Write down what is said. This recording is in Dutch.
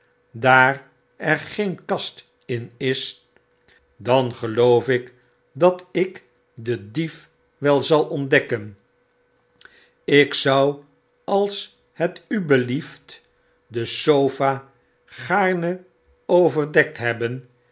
daar er geen kast in is dan geloof ik dat ik den dief wel zal ontdekken ik zou als het u belieft de sofa gaarne overdekt hebben